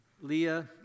Leah